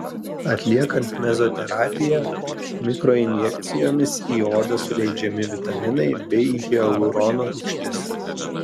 atliekant mezoterapiją mikroinjekcijomis į odą suleidžiami vitaminai bei hialurono rūgštis